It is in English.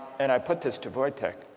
and i put this to voicheck,